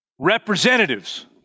representatives